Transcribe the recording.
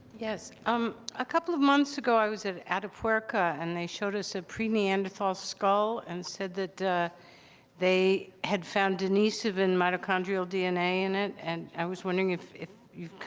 um a couple of months ago, i was at atapuerca and they showed us a pre-neanderthal skull and said that they had found denisovan mitochondrial dna in it and i was wondering if if you